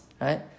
right